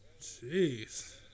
Jeez